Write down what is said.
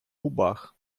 губах